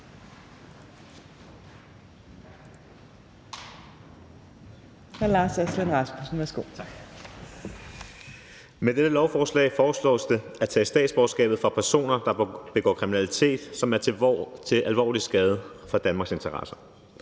Med dette lovforslag foreslås det at tage statsborgerskabet fra personer, der begår kriminalitet, som er til alvorlig skade for Danmarks interesser.